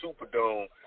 Superdome